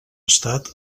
estat